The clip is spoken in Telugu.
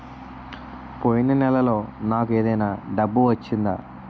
పోయిన నెలలో నాకు ఏదైనా డబ్బు వచ్చిందా?